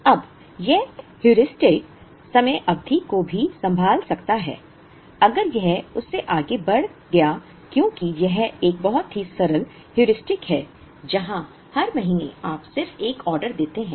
अब यह हेयुरिस्टिक समय अवधि को भी संभाल सकता है अगर यह उससे आगे बढ़ गया क्योंकि यह एक बहुत ही सरल हैयुरिस्टिक है जहां हर महीने आप सिर्फ एक आदेश देते हैं